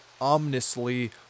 ominously